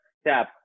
step